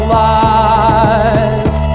life